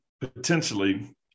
potentially